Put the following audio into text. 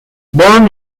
born